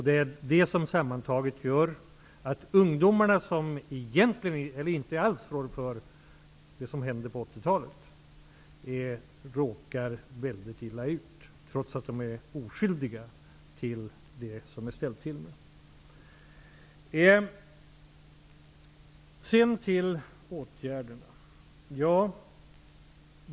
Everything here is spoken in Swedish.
Det är det som sammantaget gör att ungdomarna, som inte alls rår för det som hände på 80-talet, råkar väldigt illa ut, trots att de är oskyldiga till det som ställts till. Till åtgärderna.